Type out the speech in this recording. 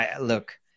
look